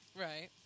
Right